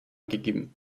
gegeben